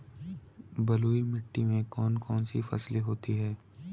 बलुई मिट्टी में कौन कौन सी फसलें होती हैं?